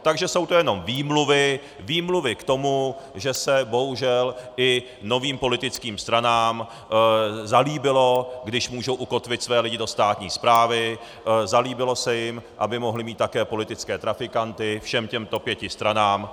Takže jsou to jenom výmluvy, výmluvy k tomu, že se bohužel i novým politickým stranám zalíbilo, když můžou ukotvit své lidi do státní správy, zalíbilo se jim, aby mohly mít také politické trafikanty, všem těmto pěti stranám.